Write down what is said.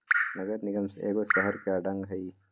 नगर निगम एगो शहरके अङग हइ